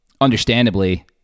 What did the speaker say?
understandably